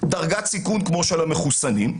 דרגת סיכון כמו של המחוסנים.